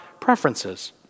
preferences